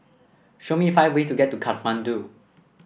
show me five way to get to Kathmandu